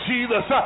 Jesus